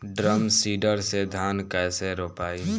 Drum seeder से धान कैसे रोपाई?